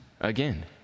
again